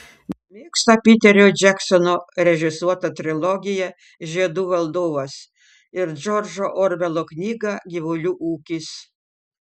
mėgsta piterio džeksono režisuotą trilogiją žiedų valdovas ir džordžo orvelo knygą gyvulių ūkis